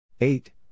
Eight